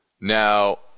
Now